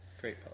great